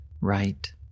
right